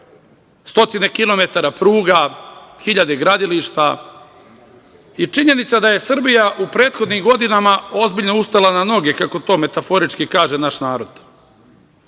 pruga, hiljade gradilišta. I činjenica da je Srbija u prethodnim godinama ozbiljno ustala na noge, kako to metaforički kaže naš